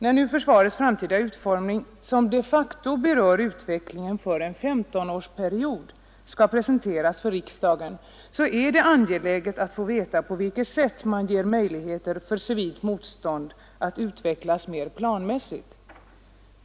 När nu försvarets framtida utformning — som de facto berör utvecklingen för en femtonårsperiod — skall presenteras för riksdagen, är det angeläget att få veta på vilket sätt man ger möjligheter för civilt motstånd att utvecklas mer planmässigt.